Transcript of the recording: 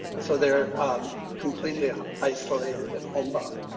so they're completely ah isolated and home-bound.